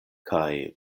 kaj